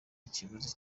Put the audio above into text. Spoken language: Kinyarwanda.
ikiguzi